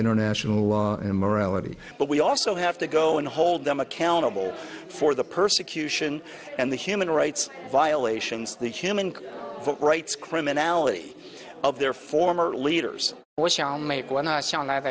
international law and morality but we also have to go and hold them accountable for the persecution and the human rights violations the human rights criminality of their former leaders